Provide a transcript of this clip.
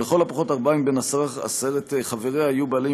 ולכל הפחות ארבעה מבין עשרת חבריה יהיו בעלי